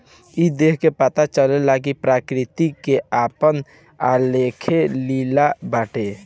ई देख के पता चलेला कि प्रकृति के आपन अलगे लीला बाटे